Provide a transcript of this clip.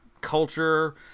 culture